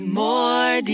more